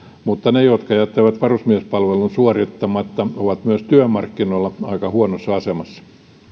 mutta ne jotka jättävät varusmiespalveluksen suorittamatta ovat myös työmarkkinoilla aika huonossa asemassa